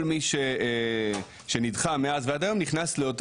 וכל מי שנדחה מאז ואת היום נכנס לאותה